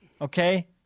okay